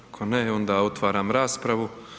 Ako ne onda otvaram raspravu.